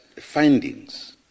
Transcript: findings